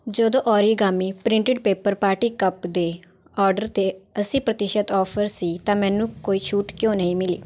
ਜਦੋਂ origami printed paper party cup ਦੇ order 'ਤੇ ਅੱਸੀ ਪ੍ਰਤੀਸ਼ਤ ਔਫ਼ਰ ਸੀ ਤਾਂ ਮੈਨੂੰ ਕੋਈ ਛੂਟ ਕਿਉਂ ਨਹੀਂ ਮਿਲੀ